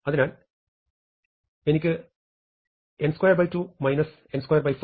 അതിനാൽ എനിക്ക് n22 n24 ന്റെ ഫലം n24 കിട്ടുന്നു